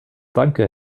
danke